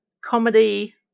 comedy